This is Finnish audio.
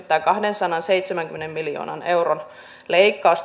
tämä kahdensadanseitsemänkymmenen miljoonan euron leikkaus